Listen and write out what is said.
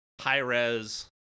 high-res